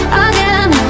again